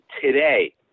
today